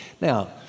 Now